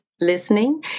listening